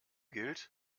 gilt